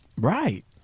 right